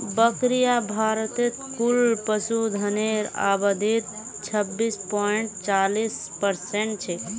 बकरियां भारतत कुल पशुधनेर आबादीत छब्बीस पॉइंट चालीस परसेंट छेक